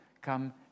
Come